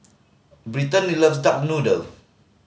Brittaney loves duck noodle